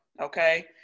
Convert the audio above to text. Okay